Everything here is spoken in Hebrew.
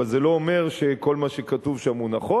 אבל זה לא אומר שכל מה שכתוב שם הוא נכון.